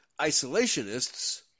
isolationists